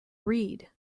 read